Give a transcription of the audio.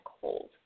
cold